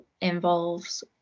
involves